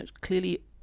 clearly